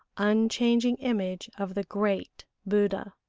unchanging image of the great buddha.